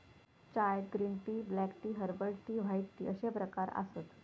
चायत green tea, black tea, herbal tea, white tea अश्ये प्रकार आसत